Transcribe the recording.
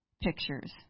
pictures